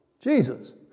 Jesus